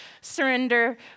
surrender